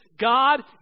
God